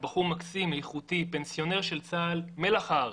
בחור מקסים, איכותי, פנסיונר של צה"ל, מלח הארץ.